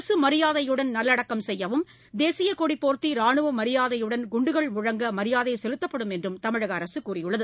அரசு மரியாதையுடன் நல்வடக்கம் செய்யவும் தேசியக் கொடி போர்த்தி ரானுவ மரியாதையுடன் குண்டுகள் முழங்க மரியாதை செலுத்தப்படும் என்றும் தமிழக அரசு கூறியுள்ளது